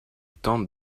tente